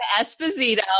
Esposito